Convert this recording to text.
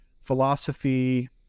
philosophy